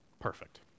perfect